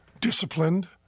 disciplined